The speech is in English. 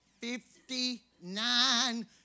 Fifty-nine